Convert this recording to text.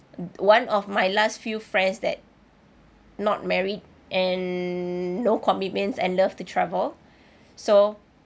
one of my last few friends that not married and no commitments and love to travel so